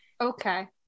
Okay